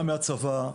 גם מהצבא,